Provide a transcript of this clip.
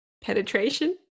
Penetration